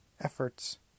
efforts